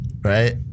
right